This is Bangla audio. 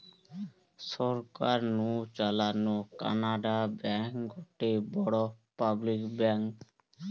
সরকার নু চালানো কানাড়া ব্যাঙ্ক গটে বড় পাবলিক ব্যাঙ্ক